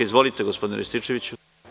Izvolite, gospodine Rističeviću.